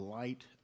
light